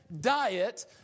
diet